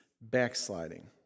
backsliding